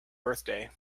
birthday